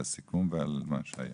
לסיכום מה שהיה.